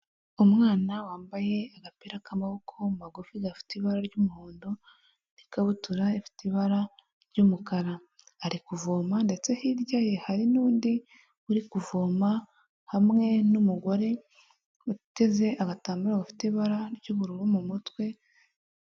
Umwana wambaye agapira k'amaboko magufi gafite ibara ry'umuhondo n'ikabutura ifite ibara ry'umukara, ari kuvoma ndetse hirya ye hari n'undi uri kuvoma hamwe n'umugore uteze abatamu bafite ibara ry'ubururu mu mutwe.